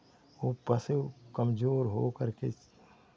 ओ पशु कमज़ोर होकर के